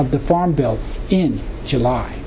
of the farm bill in july